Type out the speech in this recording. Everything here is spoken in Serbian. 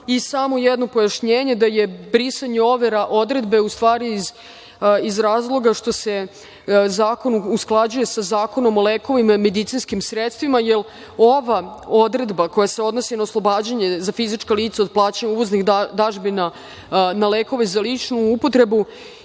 Samo jedno pojašnjenje, da je brisanje overa odredba iz razloga što se zakon usklađuje sa Zakonom o lekovima i medicinskim sredstvima, jer ova odredba koja se odnosi na oslobađanje za fizička lica od plaćanja uvoznih dažbina na lekove za ličnu upotrebu